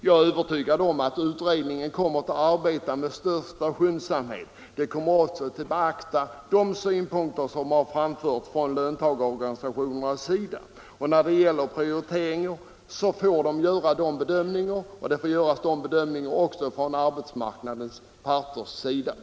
Jag är övertygad om att utredningen kommer att arbeta med största skyndsamhet och även beakta de synpunkter som framförts från löntagarnas sida. Utredningen kommer naturligtvis att göra sina prioriteringar, och det kommer även arbetsmarknadens parter att — Nr 44